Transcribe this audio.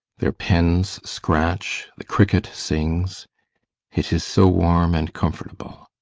their pens scratch, the cricket sings it is so warm and comfortable.